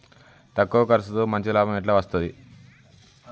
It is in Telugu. తక్కువ కర్సుతో మంచి లాభం ఎట్ల అస్తది?